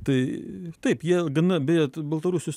tai taip jie gana beje baltarusių